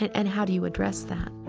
and how do you address that?